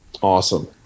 Awesome